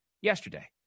yesterday